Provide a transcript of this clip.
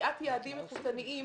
קביעת יעדים איכותניים